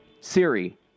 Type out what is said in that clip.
Siri